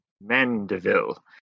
Mandeville